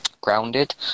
Grounded